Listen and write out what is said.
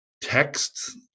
texts